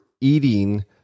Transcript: eating